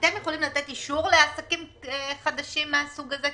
אתם יכולים לתת אישור לעסקים חדשים מהסוג הזה?